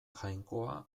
jainkoa